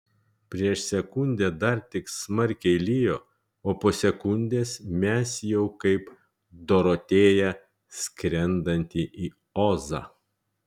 prieš sekundę dar tik smarkiai lijo o po sekundės mes jau kaip dorotėja skrendanti į ozą